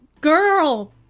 girl